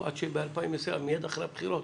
עד שב-2020, מיד אחרי הבחירות